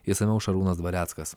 išsamiau šarūnas dvareckas